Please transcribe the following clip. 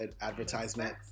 advertisement